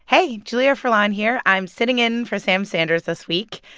hey, julia furlan here. i'm sitting in for sam sanders this week.